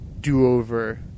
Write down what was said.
do-over